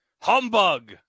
Humbug